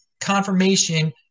confirmation